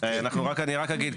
אני רק אגיד,